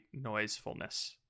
noisefulness